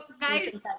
guys